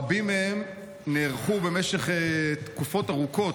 רבים מהם נערכו במשך תקופות ארוכות,